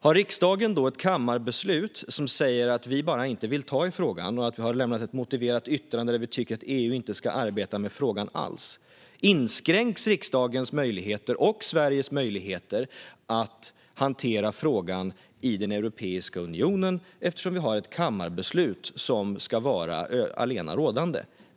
Om riksdagen då har ett kammarbeslut som säger att vi inte vill ta i frågan och att vi har lämnat ett motiverat yttrande där vi tycker att EU inte ska arbeta med frågan alls inskränks riksdagens och Sveriges möjligheter att hantera frågan i Europeiska unionen, eftersom vi har ett kammarbeslut som ska vara allenarådande.